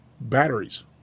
batteries